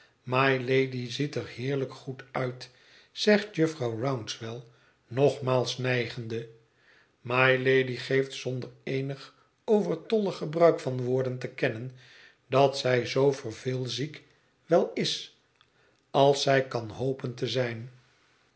mylady ziet er heerlijk goed uit zegt jufvrouw rouncewell nogmaals nijgende mylady geeft zonder eenig overtollig gebruik van woorden te kennen dat zij zoo verveelziek wel is als zij kan hopen te zijn